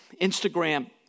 Instagram